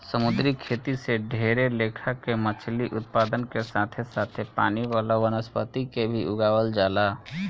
समुंद्री खेती से ढेरे लेखा के मछली उत्पादन के साथे साथे पानी वाला वनस्पति के भी उगावल जाला